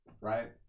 right